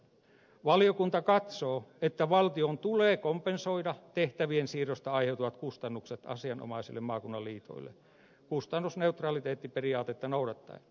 valiokunta katsoo että valtion tulee kompensoida tehtävien siirrosta aiheutuvat kustannukset asianomaisille maakunnan liitoille kustannusneutraliteettiperiaatetta noudattaen